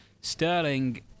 Sterling